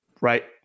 right